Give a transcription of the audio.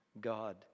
God